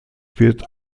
wird